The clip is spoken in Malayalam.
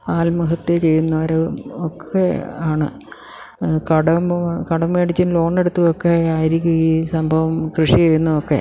ആത്മഹത്യ ചെയ്യുന്നവരും ഒക്കെ ആണ് കടം കടം മേടിച്ചും ലോണെടുത്തൊക്കെ ആയിരിക്കും ഈ സംഭവം കൃഷി ചെയ്യുന്നതൊക്കെ